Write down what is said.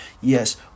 Yes